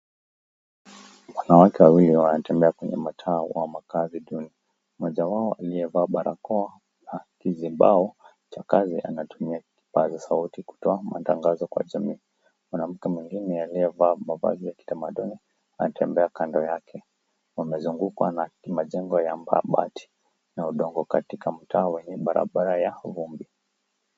Wanaume wawili wanatembea kwenye mtaa wa makazi duni. Mmoja wao aliyevaa barakoa na kizibao cha kazi anatumia kipaza sauti kutoa matangazo kwa jamii. Mwanamke mwingine aliyevaa mavazi ya kitamaduni anatembea kando yake. Wamezungukwa na majengo ya mabati na udongo katika mtaa wenye barabara ya vumbi.